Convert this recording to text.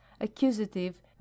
accusative